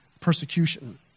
persecution